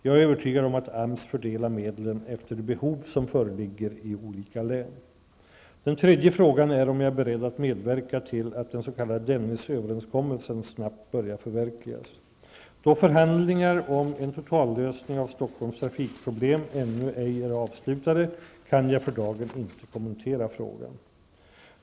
Jag är övertygad om att AMS fördelar medlen efter de behov som föreligger i olika län. Den tredje frågan är om jag är beredd att medverka till att den s.k. Dennisöverenskommelsen snabbt börjar förverkligas. Stockholms trafikproblem ännu ej är avslutade kan jag för dagen inte kommentera frågan.